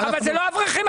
זה לא האברכים.